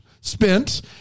spent